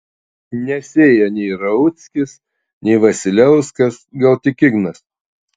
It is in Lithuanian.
nesėja nei rauckis nei vasiliauskas gal tik ignas